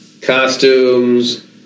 Costumes